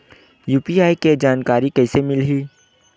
UPI के जानकारी कइसे मिलही?